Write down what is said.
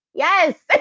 yes. but